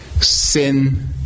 sin